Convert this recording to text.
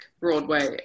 Broadway